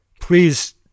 please